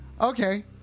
Okay